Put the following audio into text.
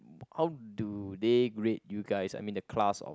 how do they grade you guys I mean the class of